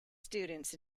students